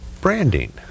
branding